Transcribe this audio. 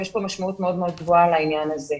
יש פה משמעות מאוד מאוד גבוהה לעניין הזה.